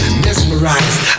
mesmerized